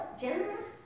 generous